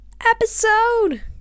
episode